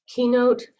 Keynote